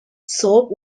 soap